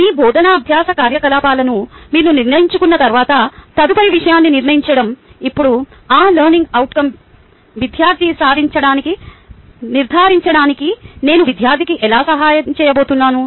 మీ బోధనా అభ్యాస కార్యకలాపాలను మీరు నిర్ణయించుకున్న తర్వాత తదుపరి విషయం నిర్ణయించడం ఇప్పుడు ఆ లెర్నింగ్ అవుట్కం విద్యార్థి సాధించాడని నిర్ధారించడానికి నేను విద్యార్థికి ఎలా సహాయం చేయబోతున్నాను